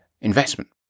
investment